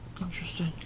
Interesting